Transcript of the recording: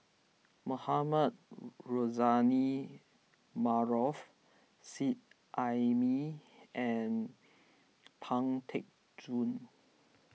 Mohamed Rozani Maarof Seet Ai Mee and Pang Teck Joon